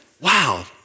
wow